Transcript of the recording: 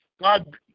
God